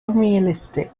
unrealistic